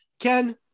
Ken